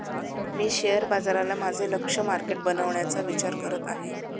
मी share बाजाराला माझे लक्ष्य मार्केट बनवण्याचा विचार करत आहे